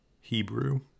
Hebrew